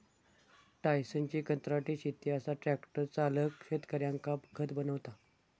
टायसनची कंत्राटी शेती असा ट्रॅक्टर चालक शेतकऱ्यांका खत बनवता